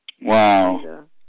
wow